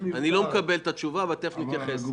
אני חשבתי שיש פה איזה אירוע של חוסר